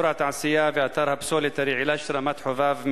אזור התעשייה ואתר הפסולת הרעילה של רמת-חובב מזה,